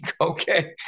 Okay